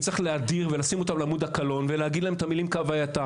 וצריך להדיר ולשים אותם על עמוד הקלון ולהגיד להם את המילים כהוויתם.